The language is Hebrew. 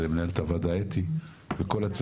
אבל מי שעשו את העבודה זו מנהלת הוועדה אתי וכל הצוות,